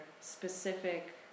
specific